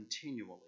continually